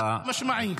חד-משמעי.